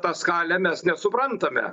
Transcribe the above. tą skalę mes nesuprantame